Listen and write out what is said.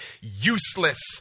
useless